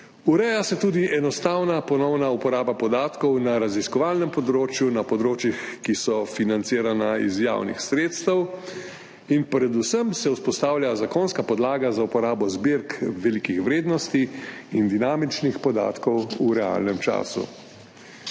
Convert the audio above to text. Ureja se tudi enostavna ponovna uporaba podatkov na raziskovalnem področju, na področjih, ki so financirana iz javnih sredstev, in predvsem se vzpostavlja zakonska podlaga za uporabo zbirk velikih vrednosti in dinamičnih podatkov v realnem času.